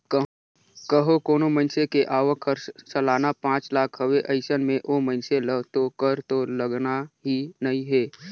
कंहो कोनो मइनसे के आवक हर सलाना पांच लाख हवे अइसन में ओ मइनसे ल तो कर तो लगना ही नइ हे